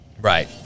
Right